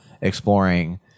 exploring